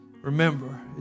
Remember